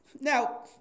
Now